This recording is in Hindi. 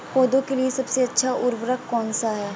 पौधों के लिए सबसे अच्छा उर्वरक कौनसा हैं?